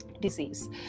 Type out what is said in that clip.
disease